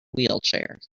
wheelchairs